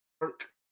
work